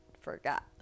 forgot